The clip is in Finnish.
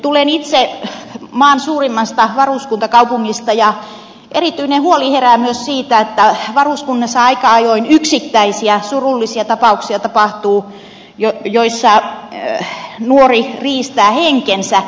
tulen itse maan suurimmasta varuskuntakaupungista ja erityinen huoli herää myös siitä että varuskunnissa aika ajoin yksittäisiä surullisia tapauksia tapahtuu joissa nuori riistää henkensä